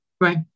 Right